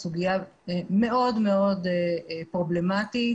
היא סוגיה מאוד פרובלמטית.